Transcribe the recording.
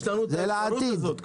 כלומר, יש לנו את האפשרות הזאת.